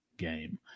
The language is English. game